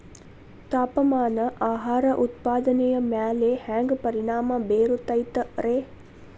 ತಾಪಮಾನ ಆಹಾರ ಉತ್ಪಾದನೆಯ ಮ್ಯಾಲೆ ಹ್ಯಾಂಗ ಪರಿಣಾಮ ಬೇರುತೈತ ರೇ?